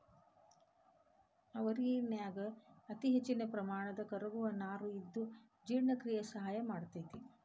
ಅವರಿಕಾಯನ್ಯಾಗ ಅತಿಹೆಚ್ಚಿನ ಪ್ರಮಾಣದ ಕರಗುವ ನಾರು ಇದ್ದು ಜೇರ್ಣಕ್ರಿಯೆಕ ಸಹಾಯ ಮಾಡ್ತೆತಿ